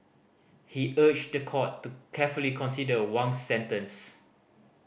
he urged the court to carefully consider Wang's sentence